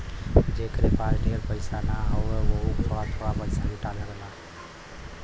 जेकरे पास ढेर पइसा ना हौ वोहू थोड़ा थोड़ा पइसा जुटा सकेला